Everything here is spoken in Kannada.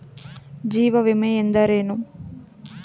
ಜೀವ ವಿಮೆ ಎಂದರೇನು?